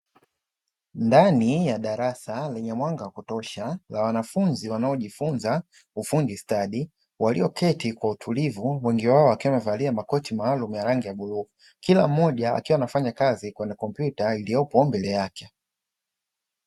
Ndani ya darasa, lenye mwanga wa kutosha la wanafunzi wanaojifunza ufundi stadi, walioketi kwa utulivu, wengi wao wakiwa wamevalia makoti maalumu ya rangi ya bluu. Kila mmoja akiwa anafanya kazi kwenye kompyuta iliyopo mbele yake.